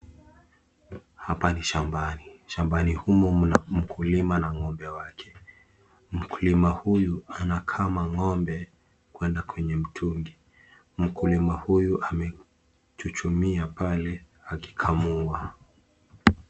Hapa ni shambani, shambani humu mna mkulima na ngombe wake. Mkulima huyu anakama ngombe kwenda kwenye mtungi. Mkulima huyu amechuchumia pale akikamua.